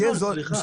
מה זול, סליחה?